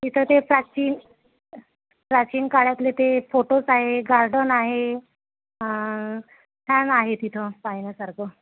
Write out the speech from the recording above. तिथं ते प्राचीन प्राचीन काळातले ते फोटोस आहे गार्डन आहे छान आहे तिथं पाहण्यासारखं